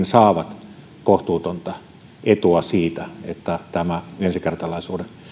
saavat kohtuutonta etua siitä että ensikertalaisuuden